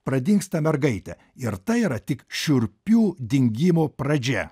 pradingsta mergaitė ir tai yra tik šiurpių dingimų pradžia